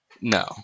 No